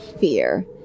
Fear